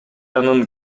анын